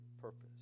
purpose